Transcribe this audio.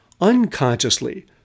Unconsciously